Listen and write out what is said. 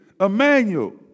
Emmanuel